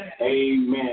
Amen